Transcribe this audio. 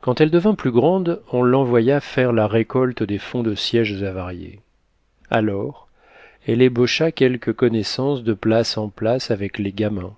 quand elle devint plus grande on l'envoya faire la récolte des fonds de siège avariés alors elle ébaucha quelques connaissances de place en place avec les gamins